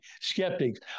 skeptics